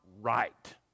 right